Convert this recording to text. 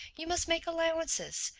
you must make allowances.